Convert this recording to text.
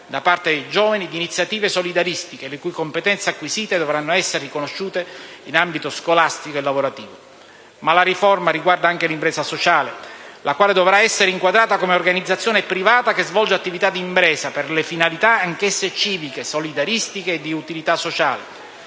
da parte dei giovani di iniziative solidaristiche, le cui competenze acquisite dovranno essere riconosciute in ambito scolastico e lavorativo. Ma, la riforma riguarda anche l'impresa sociale, la quale dovrà essere inquadrata come organizzazione privata che svolge attività d'impresa per finalità anch'esse civiche, solidaristiche e di utilità sociale,